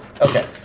Okay